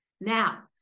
Now